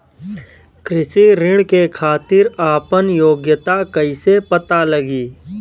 कृषि ऋण के खातिर आपन योग्यता कईसे पता लगी?